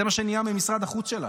זה מה שנהיה ממשרד החוץ שלנו.